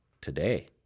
Today